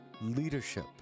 leadership